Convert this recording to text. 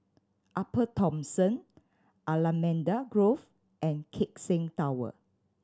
Upper Thomson Allamanda Grove and Keck Seng Tower